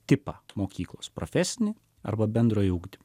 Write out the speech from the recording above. tipą mokyklos profesinė arba bendrojo ugdymo